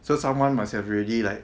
so someone must have already like